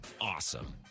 awesome